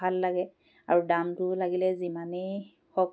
ভাল লাগে আৰু দামটোও লাগিলে যিমানেই হওক